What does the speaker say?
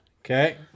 Okay